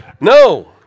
No